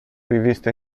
riviste